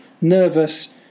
nervous